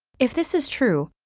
if this is true,